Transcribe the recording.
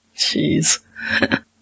Jeez